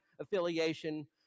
affiliation